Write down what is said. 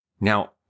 Now